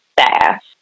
staff